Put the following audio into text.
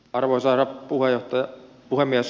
arvoisa herra puhemies